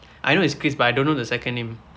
I know it's chris but I don't know the second name